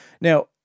Now